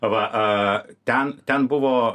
va a ten ten buvo